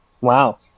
Wow